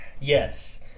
Yes